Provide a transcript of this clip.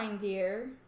dear